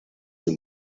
you